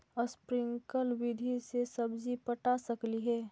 Sprinkle विधि से सब्जी पटा सकली हे?